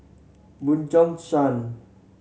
Bjorn Shan